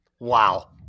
wow